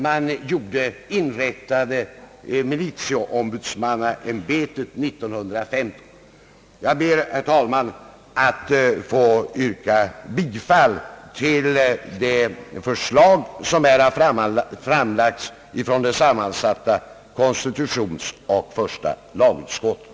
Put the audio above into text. Herr talman! Jag ber att få yrka bifall till det förslag som har framlagts från sammansatta konstitutionsoch första lagutskottet.